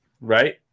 right